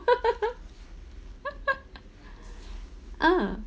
ah